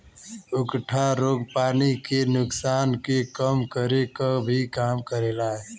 उकठा रोग पानी के नुकसान के कम करे क भी काम करेला